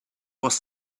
was